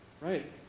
right